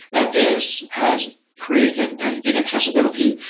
now this has created an inaccessibility,